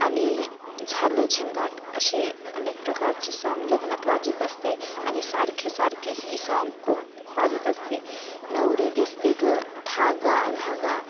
आणि झालं झिंगाट असे अनेक प्रकारचे सॉन्ग लग्नात वाजत असते आणि सारखे सारखे ही सॉन्ग खूप वाजत असते नवरी दिसते गं धागा धागा